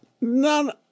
none